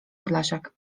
podlasiak